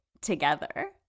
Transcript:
together